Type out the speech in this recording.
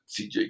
CJ